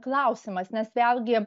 klausimas nes vėlgi